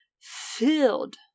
filled